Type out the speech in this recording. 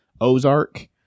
Ozark